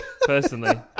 personally